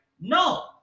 no